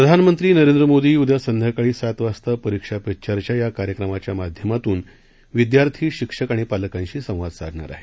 प्रधानमंत्री नरेंद्र मोदी उद्या संध्याकाळी सात वाजता परीक्षा पे चर्चा या कार्यक्रमाच्या माध्यमातून विद्यार्थी शिक्षक आणि पालकांशी संवाद साधणार आहे